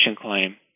claim